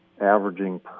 averaging